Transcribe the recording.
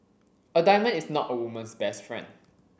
a diamond is not a woman's best friend